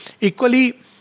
Equally